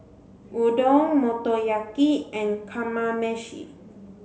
Udon Motoyaki and Kamameshi